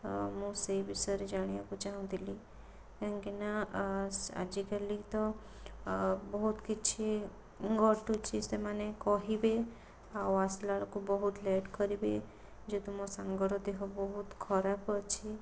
ଅ ମୁଁ ସେହି ବିଷୟରେ ଜାଣିବାକୁ ଚାଁହୁଥିଲି କାହିଁକିନା ଅ ଆଜିକାଲି ତ ଅ ବହୁତ କିଛି ଘଟୁଛି ସେମାନେ କହିବେ ଆଉ ଆସିଲା ବେଳକୁ ବହୁତ ଲେଟ କରିବେ ଯେହେତୁ ମୋ ସାଙ୍ଗର ଦେହ ବହୁତ ଖରାପ ଅଛି